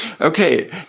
Okay